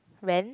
rent